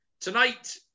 tonight